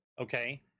Okay